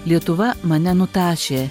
lietuva mane nutašė